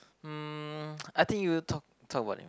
mm I think you will talk talk about that